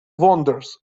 wanders